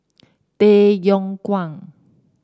Tay Yong Kwang